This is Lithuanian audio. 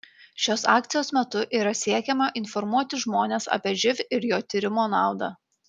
šios akcijos metu yra siekiama informuoti žmones apie živ ir jo tyrimo naudą